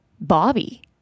Bobby